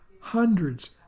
hundreds